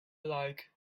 like